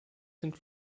sind